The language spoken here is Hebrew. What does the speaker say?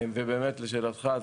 ולשאלתך,